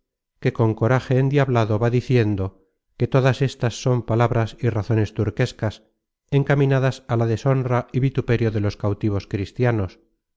que con coraje endiablado va diciendo que todas estas son palabras y razones turquescas encaminadas á la deshonra y vituperio de los cautivos cristianos